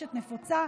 טרשת נפוצה,